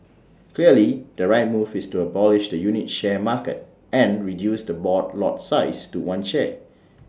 clearly the right move is to abolish the unit share market and reduce the board lot size to one share